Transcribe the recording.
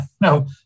no